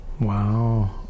Wow